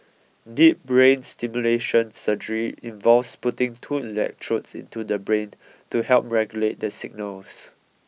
deep brain stimulation surgery involves putting two electrodes into the brain to help regulate the signals